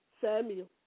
Samuel